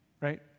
Right